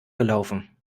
gelaufen